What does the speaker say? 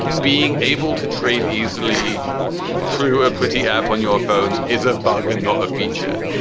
being able to trade easily through a pretty app on your phone is a bug, and not a feature.